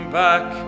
back